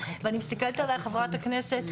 ומסתכלת עלי חברת הכנסת,